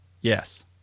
Yes